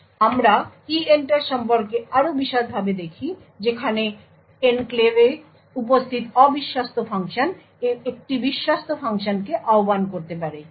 সুতরাং আমরা EENTER সম্পর্কে আরও বিশদভাবে দেখি যেখানে এনক্লেভে উপস্থিত অবিশ্বস্ত ফাংশন একটি বিশ্বস্ত ফাংশনকে আহ্বান করতে পারে